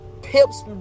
pips